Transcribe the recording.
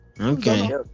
Okay